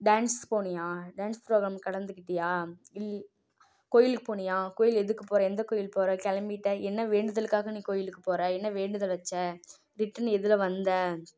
dance போனியா dance program கலந்துக்கிட்டியா இல் கோயிலுக்கு போனியா கோயில் எதுக்கு போகிற எந்த கோயில் போகிற கிளம்பிட்ட என்ன வேண்டுதலுக்காக நீ கோயிலுக்கு போகிற என்ன வேண்டுதல் வச்ச ரிட்டர்ன் எதில் வந்த